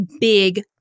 big